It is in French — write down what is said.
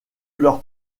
leur